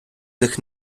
них